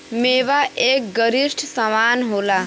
मेवा एक गरिश्ट समान होला